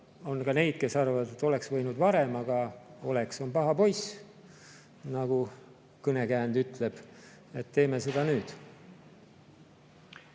on ka neid, kes arvavad, et oleks võinud varem, aga oleks on paha poiss, nagu kõnekäänd ütleb, nii et teeme seda nüüd.